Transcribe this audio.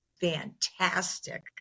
fantastic